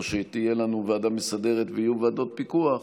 שתהיה לנו ועדה מסדרת ויהיו ועדות פיקוח,